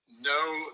No